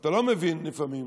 ואתה לא מבין לפעמים.